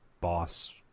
boss